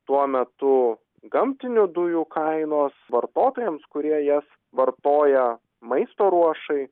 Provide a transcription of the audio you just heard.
tuo metu gamtinių dujų kainos vartotojams kurie jas vartoja maisto ruošai